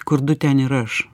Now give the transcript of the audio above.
kur du ten ir aš